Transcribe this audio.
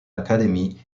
academy